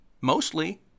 mostly